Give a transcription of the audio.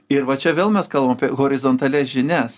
ir va čia vėl mes kalbam apie horizontalias žinias